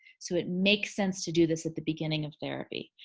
so it makes sense to do this at the beginning of therapy